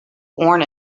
born